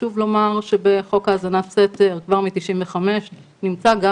חשוב לומר שבחוק האזנת סתר כבר מ-1995 נמצא גם